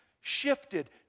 shifted